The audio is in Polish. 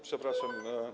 Przepraszam.